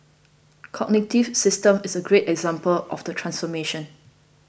Cognitive Systems is a great example of the transformation